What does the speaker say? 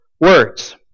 words